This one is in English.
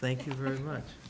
thank you very much